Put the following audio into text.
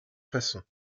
façons